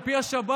על פי השב"כ,